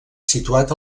situat